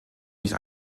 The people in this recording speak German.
nicht